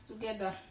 together